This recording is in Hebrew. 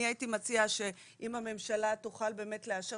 אני הייתי מציעה שאם הממשלה תוכל באמת לאשר